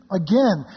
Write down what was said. again